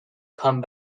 come